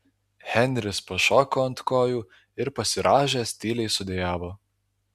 henris pašoko ant kojų ir pasirąžęs tyliai sudejavo